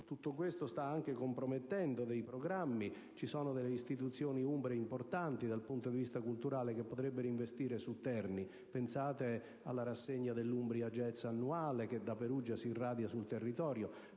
tutto ciò sta anche compromettendo programmi futuri. Vi sono infatti delle istituzioni umbre importanti dal punto di vista culturale che potrebbero investire su Terni: pensate alla rassegna annuale "Umbria Jazz", che da Perugia si irradia sul territorio;